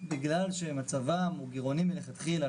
בגלל שמצבם הוא גירעוני מלכתחילה,